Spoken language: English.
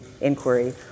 inquiry